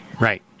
Right